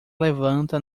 levanta